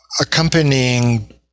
accompanying